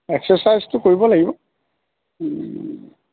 এক্সাৰচাইজটো কৰিব লাগিব